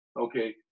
okay